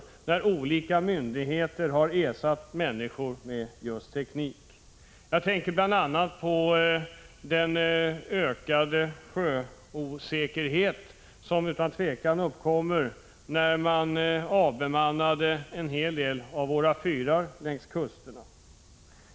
1985/86:126 olika myndigheter ersatt människor med just teknik. Jag tänker bl.a. på den ökade sjöosäkerhet som utan tvivel uppkom när man avbemannade en hel del av fyrarna längs våra kuster.